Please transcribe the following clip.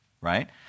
right